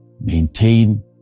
Maintain